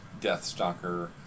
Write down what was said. Deathstalker